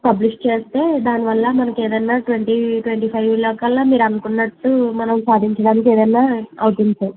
publish చేస్తే దానివల్ల మనకి ఏదన్నా ట్వంటీ ట్వంటీ ఫైవ్లో కల్ల మీరు అనుకున్నట్టు మనం సాధించడానికి ఏదన్నా అవుతుంది సార్